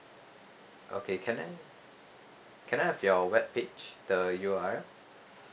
okay can I can I have your webpage the U_R_L